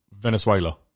Venezuela